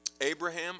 abraham